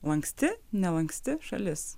lanksti nelanksti šalis